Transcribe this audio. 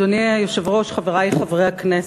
אדוני היושב-ראש, חברי חברי הכנסת,